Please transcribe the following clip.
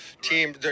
team